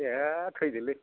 ए थैदोलै